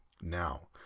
now